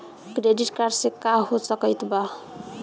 Credit card से का हो सकइत बा?